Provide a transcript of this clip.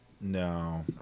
No